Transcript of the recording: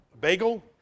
bagel